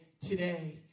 today